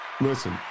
Listen